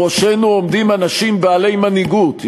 בראשנו עומדים אנשים בעלי מנהיגות,